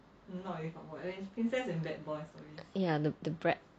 ya the brat